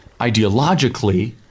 ideologically